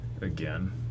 again